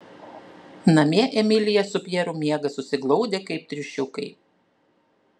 namie emilija su pjeru miega susiglaudę kaip triušiukai